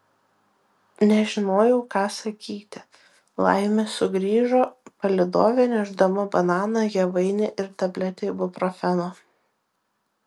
nežinojau ką sakyti laimė sugrįžo palydovė nešdama bananą javainį ir tabletę ibuprofeno